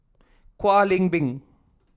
Kwek Leng Beng